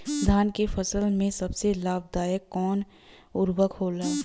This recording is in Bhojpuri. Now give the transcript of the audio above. धान के फसल में सबसे लाभ दायक कवन उर्वरक होला?